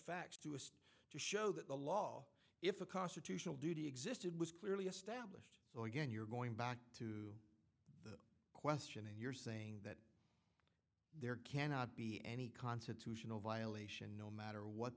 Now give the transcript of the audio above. facts to assist to show that the law if a constitutional duty existed was clearly established so again you're going back to that question and you're saying that there cannot be any constitutional violation no matter what